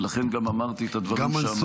ולכן גם אמרתי את הדברים שאמרתי.